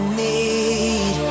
need